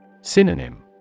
Synonym